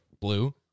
blue